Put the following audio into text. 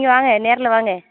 நீங்கள் வாங்க நேரில் வாங்க